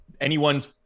anyone's